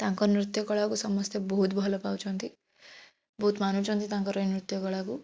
ତାଙ୍କ ନୃତ୍ୟ କଳାକୁ ସମସ୍ତେ ବହୁତ ଭଲ ପାଉଛନ୍ତି ବହୁତ ମାନୁଛନ୍ତି ତାଙ୍କର ଏଇ ନୃତ୍ୟକଳାକୁ